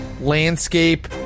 landscape